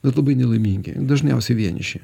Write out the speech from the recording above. bet labai nelaimingi dažniausiai vieniši